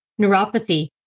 neuropathy